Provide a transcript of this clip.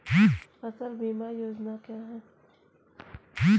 फसल बीमा योजना क्या है?